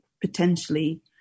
potentially